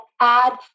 add